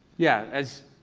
yeah, as,